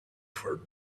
for